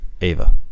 Ava